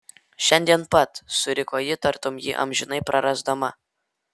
šiandien pat suriko ji tartum jį amžinai prarasdama